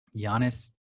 Giannis